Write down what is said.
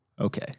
Okay